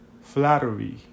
flattery